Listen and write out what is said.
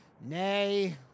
Nay